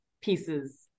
pieces